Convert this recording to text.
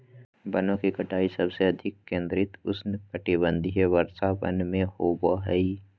वनों की कटाई सबसे अधिक केंद्रित उष्णकटिबंधीय वर्षावन में होबो हइ